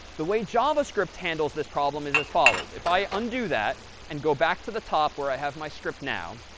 the way javascript handles this problem is as follows. if i undo that and go back to the top where i have my script now,